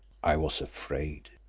i was afraid.